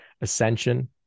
ascension